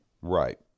Right